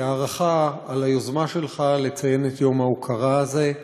הערכה על היוזמה שלך לציין את יום ההוקרה הזה.